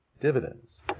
dividends